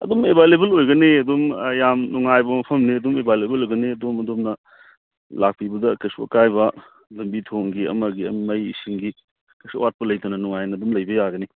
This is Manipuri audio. ꯑꯗꯨꯝ ꯑꯦꯕꯥꯏꯂꯦꯕꯜ ꯑꯣꯏꯒꯅꯤ ꯑꯗꯨꯝ ꯌꯥꯝ ꯅꯨꯡꯉꯥꯏꯕ ꯃꯐꯝꯅꯤ ꯑꯗꯨꯝ ꯑꯦꯕꯥꯏꯂꯦꯕꯜ ꯑꯣꯏꯒꯅꯤ ꯑꯗꯣꯝ ꯑꯗꯣꯝꯅ ꯂꯥꯛꯄꯤꯕꯗ ꯀꯔꯤꯁꯨ ꯑꯀꯥꯏꯕ ꯂꯝꯕꯤ ꯊꯣꯡꯒꯤ ꯑꯃꯒꯤ ꯃꯩ ꯏꯁꯤꯡꯒꯤ ꯀꯩꯁꯨ ꯑꯋꯥꯠꯄ ꯂꯩꯇꯅ ꯅꯨꯡꯉꯥꯏꯅ ꯑꯗꯨꯝ ꯂꯩꯕ ꯌꯥꯒꯅꯤ